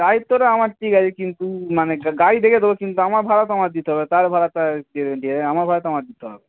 দায়িত্বটা আমার ঠিক আছে কিন্তু মানে গাড়ি দেখে দেবো কিন্তু আমার ভাড়া তো আমাকে দিতে হবে তার ভাড়াটা আমার ভাড়া আমার দিতে হবে